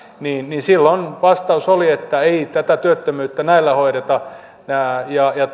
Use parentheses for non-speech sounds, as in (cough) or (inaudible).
niin niin silloin vastaus oli että ei tätä työttömyyttä näillä hoideta ja (unintelligible)